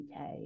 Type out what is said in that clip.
UK